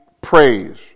praise